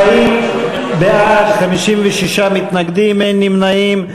40 בעד, 56 מתנגדים, אין נמנעים.